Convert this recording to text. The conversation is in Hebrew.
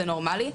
זה נורמלי,